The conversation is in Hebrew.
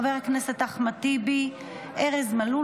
חבר הכנסת אחמד טיבי וחבר הכנסת ארז מלול,